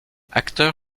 acteur